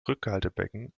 rückhaltebecken